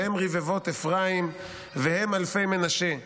והם רִבְבות אפרים והם אלפי מנשה";